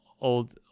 old